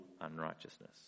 unrighteousness